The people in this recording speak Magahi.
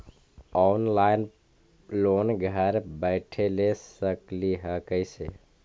ऑनलाइन लोन घर बैठे ले सकली हे, कैसे?